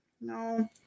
no